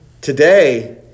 today